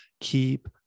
keep